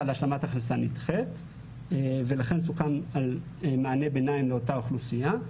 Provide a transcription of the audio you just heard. להשלמת הכנסה ולכן סוכם על מענה ביניים לאותה אוכלוסייה.